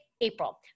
April